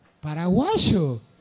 Paraguayo